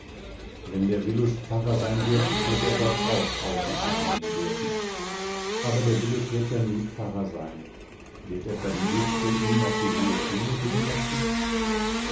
wenn der willus pfarrer sein wird wird er dort auch aus und ein gehen dürfen aber der willus wird ja nie pfarrer sein wird etwa die busze ihn auf die hohe schule gehen lassen